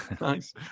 nice